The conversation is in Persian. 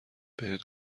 بهت